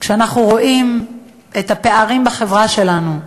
אנחנו רואים את הפערים בחברה שלנו,